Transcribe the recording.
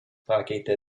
pakeitė